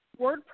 WordPress